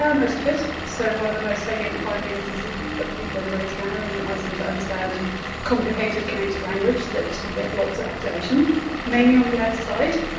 yeah most of it. so one of the most salient findings is if you put people in a brain scanner and you ask them to understand complicated connected language that you get lots of activation mainly on the left side,